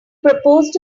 proposed